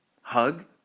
hug